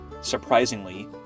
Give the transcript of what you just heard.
Surprisingly